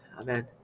Amen